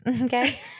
Okay